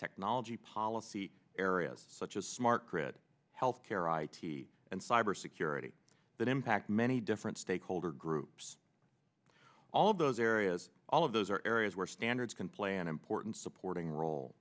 technology policy areas such as smart grid health care i t and cyber security that impact many different stakeholder groups all of those areas all of those are areas where standards can play an important supporting role